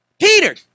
Peter